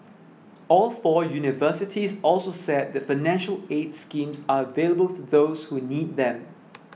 all four universities also said that financial aid schemes are available to those who need them